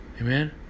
Amen